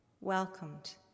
welcomed